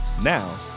Now